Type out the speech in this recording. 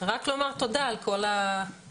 רק לומר תודה על כל העשייה הזאת.